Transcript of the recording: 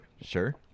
sure